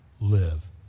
live